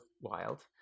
wild